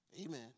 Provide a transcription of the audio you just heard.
Amen